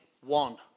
one